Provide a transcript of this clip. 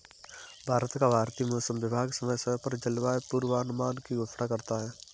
भारत का भारतीय मौसम विभाग समय समय पर जलवायु पूर्वानुमान की घोषणा करता है